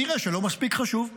נראה שלא מספיק חשוב.